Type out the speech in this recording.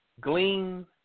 Glean